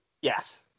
Yes